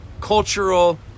cultural